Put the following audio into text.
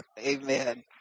Amen